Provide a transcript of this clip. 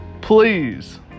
please